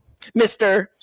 Mr